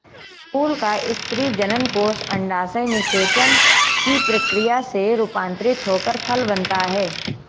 फूल का स्त्री जननकोष अंडाशय निषेचन की प्रक्रिया से रूपान्तरित होकर फल बनता है